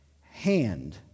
hand